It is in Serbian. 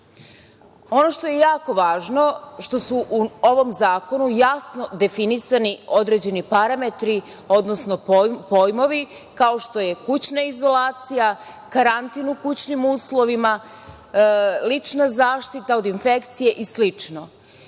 što je jako važno je što su u ovom zakonu jasno definisani određeni parametri, odnosno pojmovi kao što je kućna izolacija, karantin u kućnim uslovima, lična zaštita od infekcije i